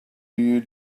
you